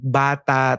bata